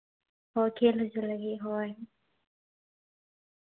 ᱦᱳᱭ ᱠᱷᱮᱞ ᱦᱚᱪᱚ ᱞᱟᱹᱜᱤᱫ ᱦᱳᱭ